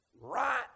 right